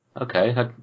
Okay